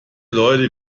leute